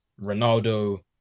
Ronaldo